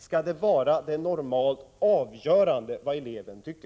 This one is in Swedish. Skall normalt det som eleven tycker vara avgörande?